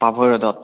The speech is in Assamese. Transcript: পাভৈ ৰোডত